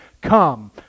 Come